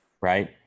right